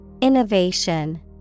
Innovation